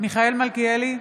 מיכאל מלכיאלי,